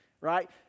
right